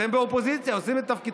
אתם באופוזיציה, עושים את תפקידכם,